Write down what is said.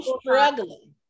struggling